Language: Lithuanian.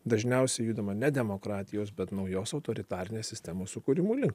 dažniausiai judama ne demokratijos bet naujos autoritarinės sistemos sukūrimų link